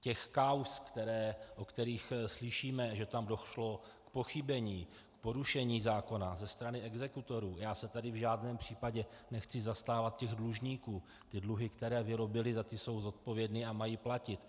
Těch kauz, o kterých slyšíme, že tam došlo k pochybení, k porušení zákona ze strany exekutorů já se tady v žádném případě nechci zastávat těch dlužníků, dluhy, které vyrobili, za ty jsou odpovědní a mají platit.